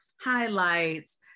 highlights